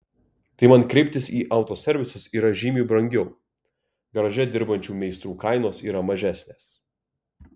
tai man kreiptis į autoservisus yra žymiai brangiau garaže dirbančių meistrų kainos yra mažesnės